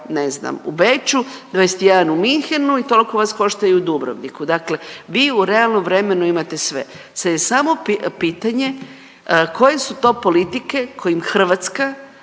ne znam, u Beču, 21 u Münchenu i toliko vas košta i u Dubrovniku, dakle vi u realnom vremenu imate sve. Sad je samo pitanje koji su to politike kojim Hrvatska